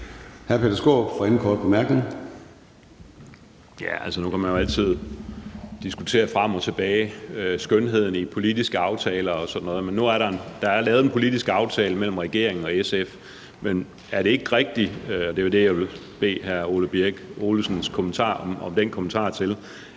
korte bemærkning. Kl. 16:31 Peter Skaarup (DD): Nu kan man jo altid diskutere frem og tilbage om skønheden i politiske aftaler og sådan noget, men der er lavet en politisk aftale mellem regeringen og SF. Er det ikke rigtigt – og det er det, jeg vil bede om hr. Ole Birk Olesens kommentar til – at det,